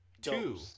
Two